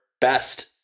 best